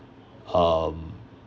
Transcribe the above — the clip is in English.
um